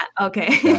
Okay